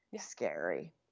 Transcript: scary